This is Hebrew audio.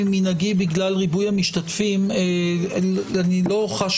אחרוג ממנהגי בגלל ריבויי המשתתפים כדי להתחיל